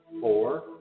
four